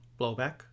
blowback